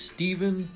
Stephen